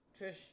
Trish